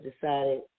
decided